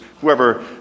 whoever